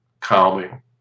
calming